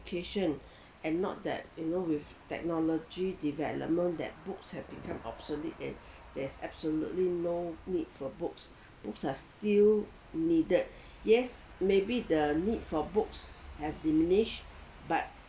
education and not that you know with technology development that books have become obsolete that there's absolutely no need for books books are still needed yes maybe the need for books have diminished but